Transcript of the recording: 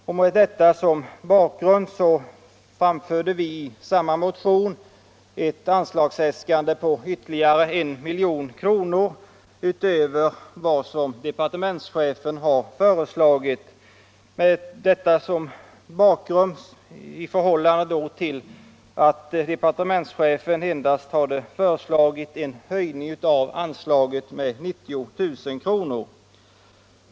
Mot denna bakgrund äskade vi i motionen 721 ytterligare I milj.kr. för detta ändamål. Vi ansåg detta vara väl befogat med tanke på att departementschefen endast föreslagit en höjning av anslaget med 90 000 kr.